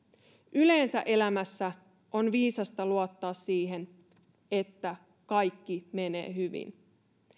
yleensä elämässä on viisasta luottaa siihen että kaikki menee hyvin